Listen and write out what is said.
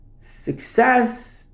Success